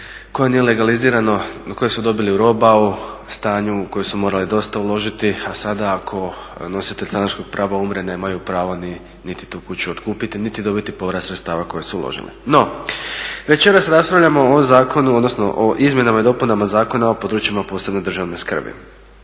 se ne razumije./… stanju u koje su morali dosta uložiti a sada ako nositelj stanarskog prava umre nemaju pravo niti tu kuću otkupiti, niti dobiti povrat sredstava koje su uložili. No, večeras raspravljamo o zakonu, odnosno o Izmjenama i dopunama Zakona o područjima od posebne državne skrbi